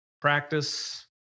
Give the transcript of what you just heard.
practice